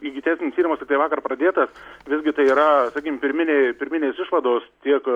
ikteisminis tyrimas tiktai vakar pradėtas visgi tai yra pirminė pirminės išvados tiek